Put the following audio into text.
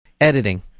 editing